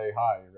Hi